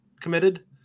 committed